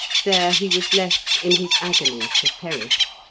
there he was left in his agony to perish.